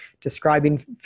describing